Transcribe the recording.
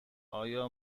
آیا